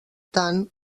tant